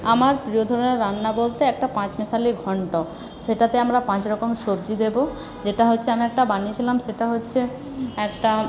আমার প্রিয় ধরনের রান্না বলতে একটা পাঁচমেশালি ঘণ্ট সেটাতে আমরা পাঁচরকম সবজি দেবো সেটা হচ্ছে আমি একটা বানিয়েছিলাম সেটা হচ্ছে একটা